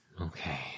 Okay